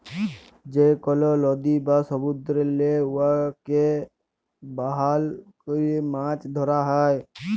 যে কল লদী বা সমুদ্দুরেল্লে উয়াকে বাহল ক্যরে মাছ ধ্যরা হ্যয়